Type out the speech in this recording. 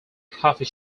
coffee